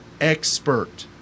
expert